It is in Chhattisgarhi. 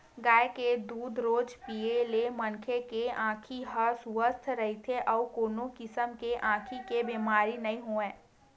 गाय के दूद रोज पीए ले मनखे के आँखी ह सुवस्थ रहिथे अउ कोनो किसम के आँखी के बेमारी नइ होवय